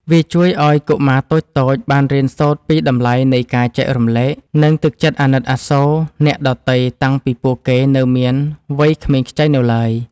វាជួយឱ្យកុមារតូចៗបានរៀនសូត្រពីតម្លៃនៃការចែករំលែក និងទឹកចិត្តអាណិតអាសូរអ្នកដទៃតាំងពីពួកគេនៅមានវ័យក្មេងខ្ចីនៅឡើយ។